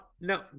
no